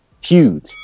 huge